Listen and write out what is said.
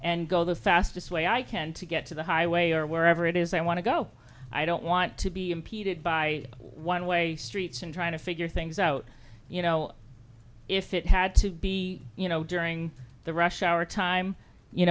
and go the fastest way i can to get to the highway or wherever it is i want to go i don't want to be impeded by one way streets and trying to figure things out you know if it had to be you know during the rush hour time you